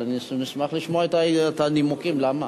אבל נשמח לשמוע את הנימוקים למה,